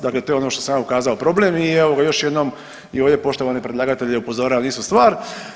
Dakle, to je ono što sam ja ukazao problem i evoga još jednom i ovdje poštovani predlagatelju upozoravam na istu stvar.